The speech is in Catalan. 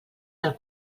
del